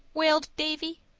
wailed davy.